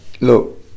look